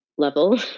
level